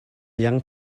young